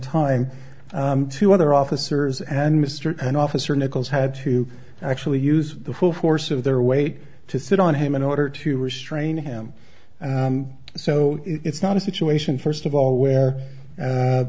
time two other officers and mr and officer nichols had to actually use the full force of their weight to sit on him in order to restrain him and so it's not a situation first of all where a